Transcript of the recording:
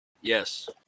Yes